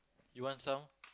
you want some